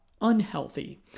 unhealthy